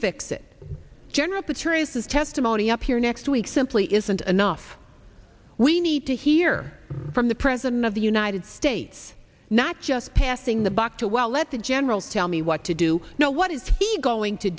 fix it general petraeus is testimony up here next week simply isn't enough we need to hear from the president of the united states not just passing the buck to well let the general tell me what to do you know what is he going to